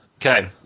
Okay